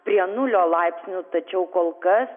prie nulio laipsnių tačiau kol kas